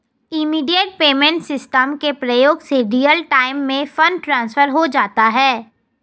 immediate payment system के प्रयोग से रियल टाइम में फंड ट्रांसफर हो जाता है